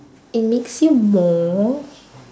it makes you more